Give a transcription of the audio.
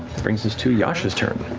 brings us to yasha's turn.